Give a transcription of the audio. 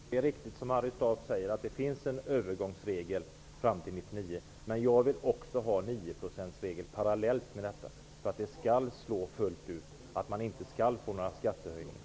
Herr talman! Det är riktigt, som Harry Staaf säger, att det finns en övergångsregel som gäller fram till 1999. Men jag vill också ha 9-procentsregeln parallellt med denna, för att det skall slå fullt ut, för att man inte skall få några skattehöjningar.